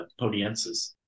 Podiensis